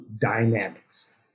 Dynamics